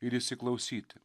ir įsiklausyti